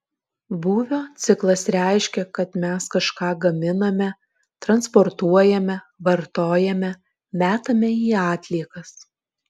būvio ciklas reiškia kad mes kažką gaminame transportuojame vartojame metame į atliekas